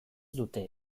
dute